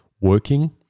working